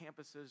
campuses